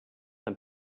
them